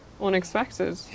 unexpected